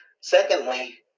Secondly